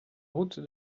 route